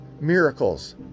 Miracles